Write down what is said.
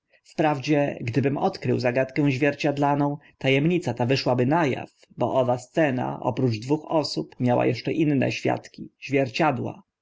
wprawdzie gdybym odkrył zagadkę zwierciadlaną ta emnica ta wyszłaby na aw bo owa scena oprócz dwóch osób miała eszcze inne świadki zwierciadła